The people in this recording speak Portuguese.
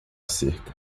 cerca